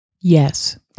Yes